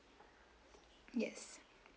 yes